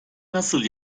nasıl